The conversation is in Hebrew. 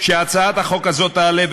שהצעת החוק הזאת תעלה,